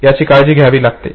याची काळजी घ्यावी लागेल